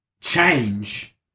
change